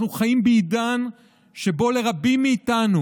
אנחנו חיים בעידן שבו לרבים מאיתנו